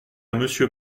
monsieur